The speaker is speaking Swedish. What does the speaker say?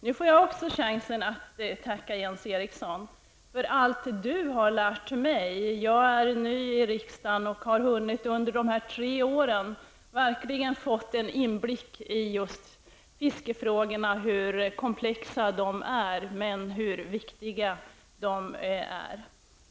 Nu får också jag chansen att tacka Jens Eriksson för allt nytt han har lärt mig. Jag är ny i riksdagen och har under dessa tre år verkligen fått en inblick i just fiskefrågorna. Jag har förstått hur komplexa de är, men också hur viktiga de är.